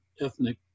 ethnic